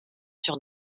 sur